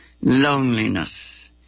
loneliness